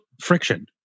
friction